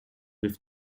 with